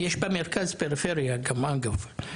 יש גם במרכז פריפריה אגב.